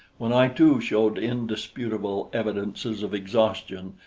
when i too showed indisputable evidences of exhaustion,